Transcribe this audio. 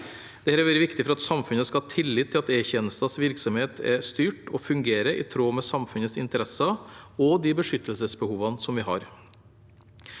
har vært viktig for at samfunnet skal ha tillit til at E-tjenestens virksomhet er styrt og fungerer i tråd med samfunnets interesser og de beskyttelsesbehovene